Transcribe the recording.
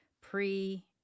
pre-